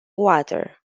water